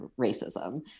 racism